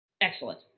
Excellent